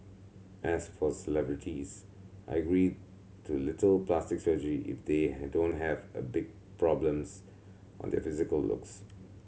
as for celebrities I agree to little plastic surgery if they had don't have a big problems on their physical looks